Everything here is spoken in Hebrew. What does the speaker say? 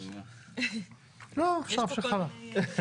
לא, אפשר להמשיך הלאה.